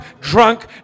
drunk